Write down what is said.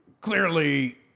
clearly